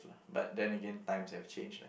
but then again times have changed